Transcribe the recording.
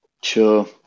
Sure